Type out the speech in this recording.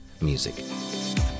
music